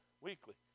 weekly